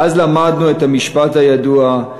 ואז למדנו את המשפט הידוע,